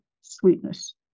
sweetness